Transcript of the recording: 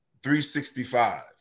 365